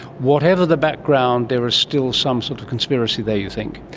whatever the background, there is still some sort of conspiracy there you think?